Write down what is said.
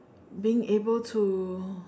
being able to